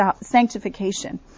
sanctification